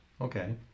Okay